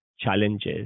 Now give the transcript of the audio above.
challenges